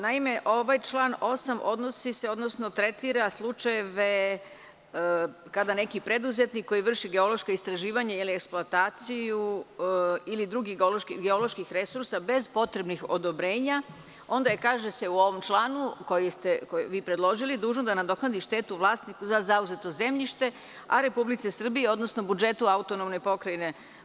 Naime, ovaj član 8. odnosi se, odnosno tretira slučajeve kada neki preduzetnik kada vrši geološka istraživanja ili eksploataciju ili drugih geoloških resursa bez potrebnih odobrenja, onda je, kaže se u ovom članu koji ste vi predložili, dužan da nadoknadi štetu vlasniku za zauzeto zemljište, a RS, odnosno budžetu autonomne pokrajine.